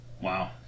wow